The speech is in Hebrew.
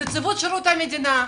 נציבות שירות המדינה,